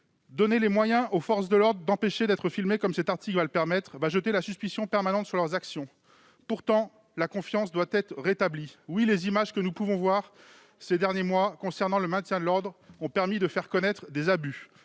Donner aux forces de l'ordre les moyens d'empêcher d'être filmées, comme cet article le permettra, jettera la suspicion permanente sur leurs actions. Pourtant, la confiance doit être rétablie. Oui, les images que nous avons pu voir ces derniers mois concernant le maintien de l'ordre ont permis de faire connaître des abus.